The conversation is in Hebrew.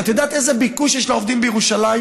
את יודעת איזה ביקוש יש לעובדים בירושלים?